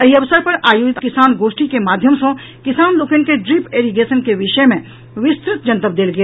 एहि अवसर पर आयोजित किसान गोष्ठी के माध्यम सॅ किसान लोकनि के ड्रीप एरीगेशन के विषय मे विस्तृत जनतब देल गेल